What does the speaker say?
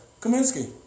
Kaminsky